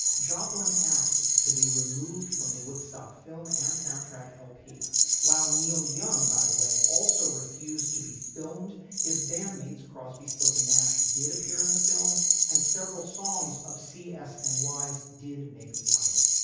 joplin asked to be removed from the woodstock film and soundtrack lp while neil young by the way also refused to be filmed his bandmates crosby stills and nash did appear in the film and several songs of c s. and ys did make the album.